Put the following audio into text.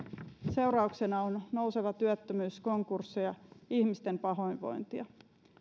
seurauksena on nouseva työttömyys konkursseja ihmisten pahoinvointia